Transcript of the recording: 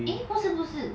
eh 不是不是